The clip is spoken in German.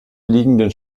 liegenden